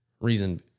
Reason